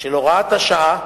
של הוראת השעה,